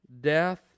death